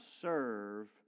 serve